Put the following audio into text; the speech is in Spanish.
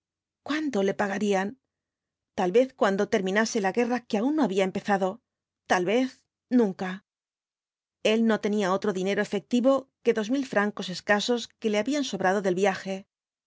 cuándo le pagarían tal vez cuando terminase la guerra que aun no había empezado tal vez nunca el no tenía otro dinero efectivo que dos mil francos escasos que le habían sobrado del viaje